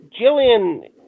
Jillian